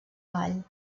vall